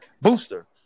Booster